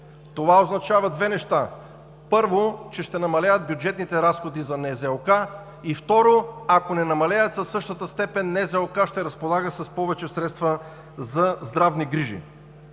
Това означава две неща: първо, че ще намалеят бюджетните разходи за НЗОК и, второ, ако не намалеят със същата степен, НЗОК ще разполага с повече средства за здравни грижи.